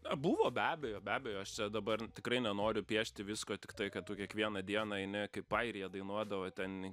buvo be abejo be abejo aš čia dabar tikrai nenoriu piešti visko tiktai kad tu kiekvieną dieną eini kaip airija dainuodavo ten